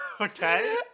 Okay